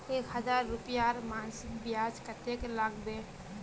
एक हजार रूपयार मासिक ब्याज कतेक लागबे?